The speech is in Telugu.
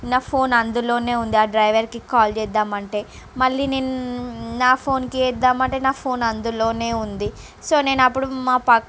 నా ఫోన్ అందులోనే ఉంది ఆ డ్రైవర్ కి కాల్ చేద్దాం అంటే మళ్ళీ నేను నా ఫోన్ కి చేద్దాం అంటే నా ఫోన్ అందులోనే ఉంది సో నేను అప్పుడు మా పక్క